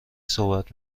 صحبت